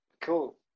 Cool